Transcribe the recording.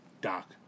Doc